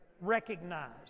Recognize